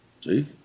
See